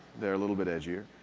they're a little bit edgier.